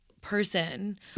person